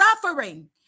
suffering